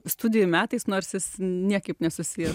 studijų metais nors jis niekaip nesusijęs